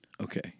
Okay